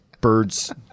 Birds